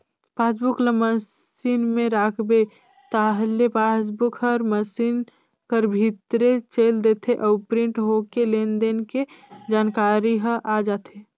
passbook ल machine में राखबे ताहले पासबुक हर मसीन कर भीतरे चइल देथे अउ प्रिंट होके लेन देन के जानकारी ह आ जाथे